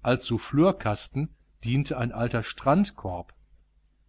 als souffleurkasten diente ein alter strandkorb